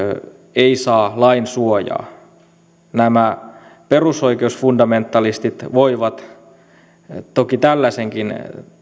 ei saa lainsuojaa nämä perusoikeusfundamentalistit voivat toki tällaisenkin